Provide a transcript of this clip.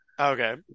Okay